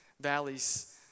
valleys